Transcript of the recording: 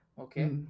Okay